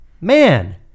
man